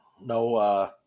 no